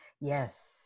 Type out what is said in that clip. yes